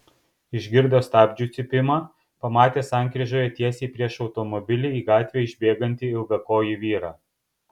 išgirdo stabdžių cypimą pamatė sankryžoje tiesiai prieš automobilį į gatvę išbėgantį ilgakojį vyrą